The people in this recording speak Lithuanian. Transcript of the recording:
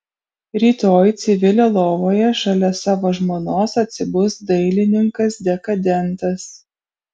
rytoj civilio lovoje šalia savo žmonos atsibus dailininkas dekadentas